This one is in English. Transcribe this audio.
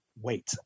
wait